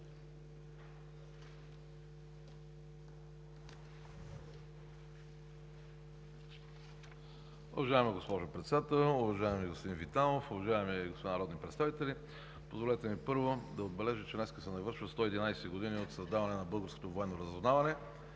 Уважаема госпожо Председател, уважаеми господин Витанов, уважаеми господа народни представители! Позволете ми първо да отбележа, че днес се навършват 111 години от създаването на българското военно разузнаване.